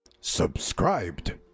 Subscribed